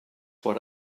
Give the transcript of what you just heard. what